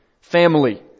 Family